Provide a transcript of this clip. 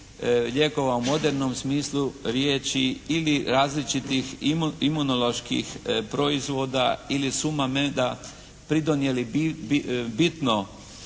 lijekova u modernom smislu riječi ili različitih imunoloških proizvoda ili Sumameda pridonijeli bitno